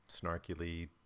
snarkily